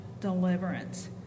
deliverance